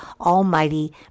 Almighty